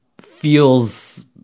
feels